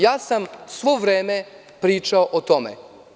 Ja sam sve vreme pričao o tome.